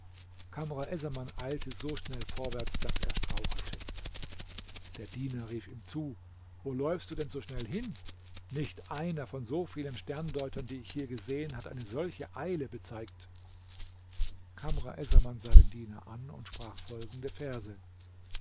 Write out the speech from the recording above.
essaman eilte so schnell vorwärts daß er strauchelte der diener rief ihm zu wo läufst du denn so schnell hin nicht einer von so vielen sterndeutern die ich hier gesehen hat eine solche eile bezeigt kamr essaman sah den diener an und sprach folgende verse